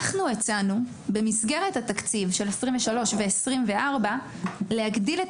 הצענו במסגרת התקציב של 2023 ו-2024 להגדיל את